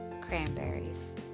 cranberries